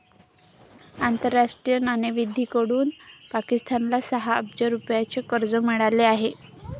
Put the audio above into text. आंतरराष्ट्रीय नाणेनिधीकडून पाकिस्तानला सहा अब्ज रुपयांचे कर्ज मिळाले आहे